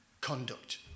conduct